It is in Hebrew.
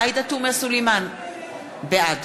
עאידה תומא סלימאן, בעד